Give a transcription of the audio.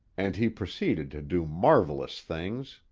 and he proceeded to do marvelous things